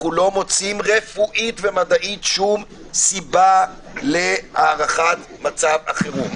אנחנו לא מוצאים רפואית ומדעית שום סיבה להארכת מצב החירום.